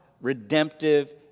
redemptive